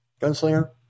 Gunslinger